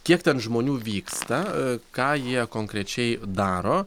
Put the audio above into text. kiek ten žmonių vyksta ką jie konkrečiai daro